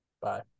Bye